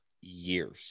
years